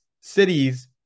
cities